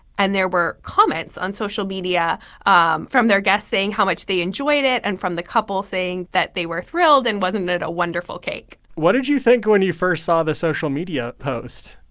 and there were comments on social media um from their guests saying how much they enjoyed it and from the couple saying that they were thrilled, and wasn't it a wonderful cake? what did you think when you first saw the social media post?